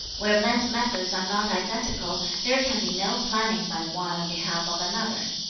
where men's methods are not identical, there can be no planning by one on behalf of another.